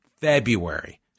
February